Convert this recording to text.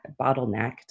bottlenecked